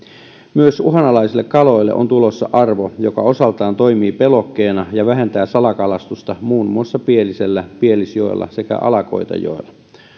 myös uhanalaisille kaloille on tulossa arvo joka osaltaan toimii pelotteena ja vähentää salakalastusta muun muassa pielisellä pielisjoella sekä ala koitajoella